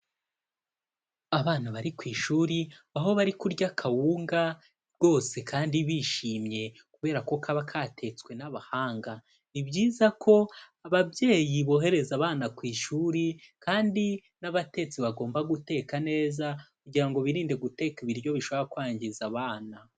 Abana bari ku ishuri aho bari kurya akawunga rwose kandi bishimye kubera ko kaba katetswe n'abahanga. Ni byiza ko ababyeyi bohereza abana ku ishuri, kandi n'abatetsi bagomba guteka neza, kugira ngo birinde guteka ibiryo bishobora kwangiza abana.